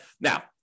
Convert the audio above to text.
Now